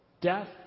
death